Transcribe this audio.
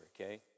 okay